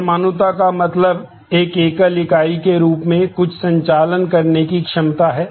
परमाणुता का मतलब एक एकल इकाई के रूप में कुछ संचालन करने की क्षमता है